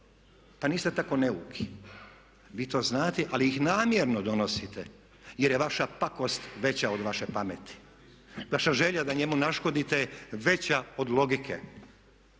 pa niste tako neuki, vi to znate ali ih namjerno donosite jer je vaša pakost veća od vaše pameti. Vaša želja da njemu naškodite je veća od logike,